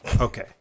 okay